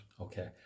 Okay